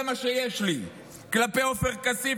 זה מה שיש לי כלפי עופר כסיף,